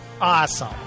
Awesome